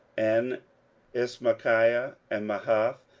and ismachiah, and mahath,